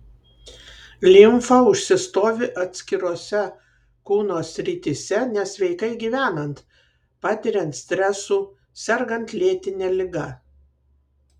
limfa užsistovi atskirose kūno srityse nesveikai gyvenant patiriant stresų sergant lėtine liga